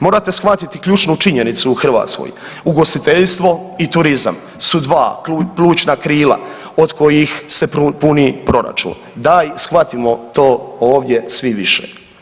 Morate shvatiti ključnu činjenicu u Hrvatskoj, ugostiteljstvo i turizam su dva plućna krila od kojih se puni proračun, daj shvatimo to ovdje svi više.